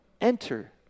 Enter